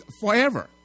forever